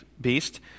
beast